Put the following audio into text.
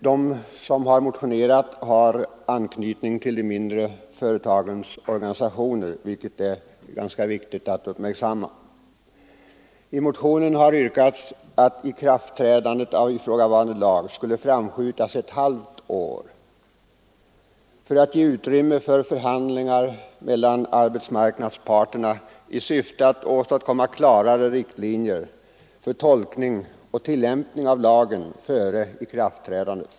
Vi som motionerat har anknytning till de mindre företagens organisationer, vilket är ganska viktigt att uppmärksamma. I motionen har yrkats att ikraftträdandet av ifrågavarande lag skulle framskjutas ett halvt år för att ge utrymme för förhandlingar mellan arbetsmarknadsparterna i syfte att åstadkomma klarare riktlinjer för tolkning och tillämpning av lagen före ikraftträdandet.